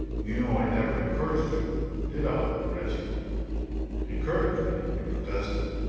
you know i never encouraged you did i, reggie encouraged me! he protested.